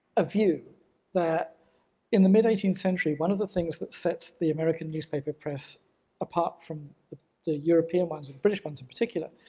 view that in the mid eighteenth century, one of the things that sets the american newspaper press apart from the the european ones, and british ones, in particular,